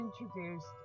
introduced